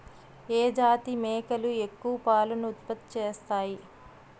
ఏ జాతి మేకలు ఎక్కువ పాలను ఉత్పత్తి చేస్తాయి?